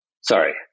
Sorry